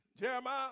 Jeremiah